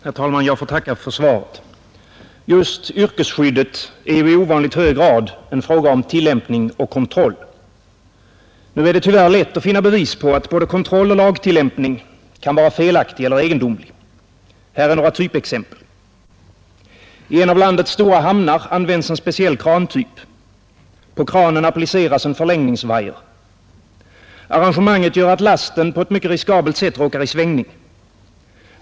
Herr talman! Jag får tacka för svaret. Just yrkesskyddet är i ovanligt hög grad en fråga om tillämpning och kontroll. Nu är det tyvärr lätt att finna bevis på att både kontroll och lagtillämpning kan vara felaktiga eller egendomliga. Här är några typexempel. I en av landets stora hamnar används en speciell krantyp. På kranen appliceras en förlängningswire. Arrangemanget gör att lasten på ett mycket riskabelt sätt råkar i svängning.